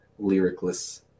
lyricless